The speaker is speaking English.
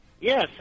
Yes